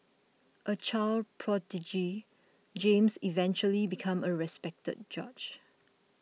a child prodigy James eventually became a respected judge